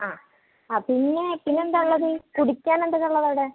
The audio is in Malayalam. ആ ആപ്പയിനാ അച്ഛനെന്താണ് ഉള്ളത് കുടിക്കാൻ എന്തൊക്കെയാണ് ഉള്ളതവിടെ